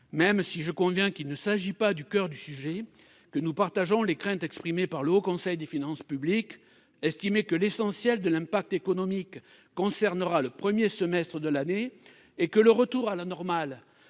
même si je conviens qu'il ne s'agit pas du coeur du sujet, que nous partageons les craintes exprimées par le Haut Conseil des finances publiques : estimer que l'essentiel de l'impact économique concernera le premier semestre de l'année et que le retour à la normale